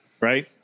Right